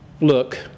Look